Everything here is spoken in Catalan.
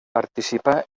participà